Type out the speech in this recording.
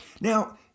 Now